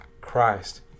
Christ